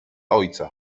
ojca